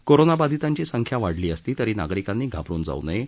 कोरोनाबाधितांची संख्या वाढली असली तरी नागरिकांनी घाबरून जाऊ नये